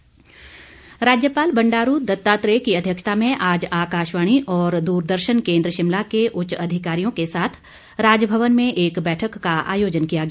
राज्यपाल राज्यपाल बंडारू दत्तात्रेय की अध्यक्षता में आज आकाशवाणी और दूरदर्शन केंद्र शिमला के उच्च अधिकारियों के साथ राजभवन में एक बैठक का आयोजन किया गया